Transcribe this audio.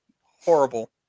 horrible